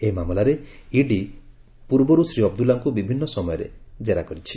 ଏହି ମାମଲାରେ ଇଡି ପକ୍ଷରୁ ପୂର୍ବରୁ ଶ୍ରୀ ଅବଦୁଲ୍ଲାଙ୍କୁ ବିଭିନ୍ନ ସମୟରେ ଜେରା କରିଛି